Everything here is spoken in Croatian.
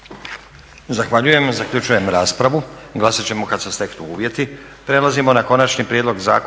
Zahvaljujem. Zaključujem raspravu. Glasat ćemo kada se steknu uvjeti.